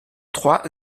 trois